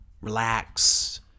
relax